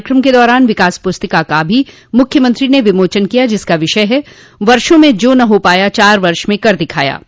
कार्यकम के दौरान विकास पुस्तिका का भी मुख्यमंत्री ने विमोचन किया जिसका विषय है वर्षो में जो न हो पाया चार वर्ष में कर दिखाया